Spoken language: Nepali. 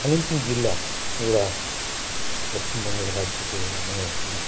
कालिम्पोङ जिल्ला एउटा पश्चिम बङ्गाल राज्यको एउटा नयाँ जिल्ला